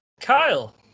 Kyle